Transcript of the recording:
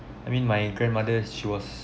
I mean my grandmother she was